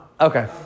Okay